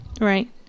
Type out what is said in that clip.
Right